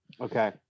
Okay